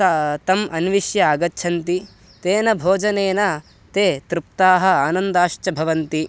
त तम् अन्विष्य आगच्छन्ति तेन भोजनेन ते तृप्ताः आनन्दाश्च भवन्ति